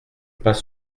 pas